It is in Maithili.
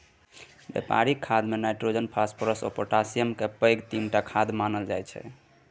बेपारिक खादमे नाइट्रोजन, फास्फोरस आ पोटाशियमकेँ पैघ तीनटा खाद मानल जाइ छै